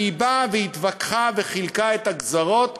כי היא באה והתווכחה וחילקה את הגזרות,